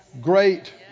great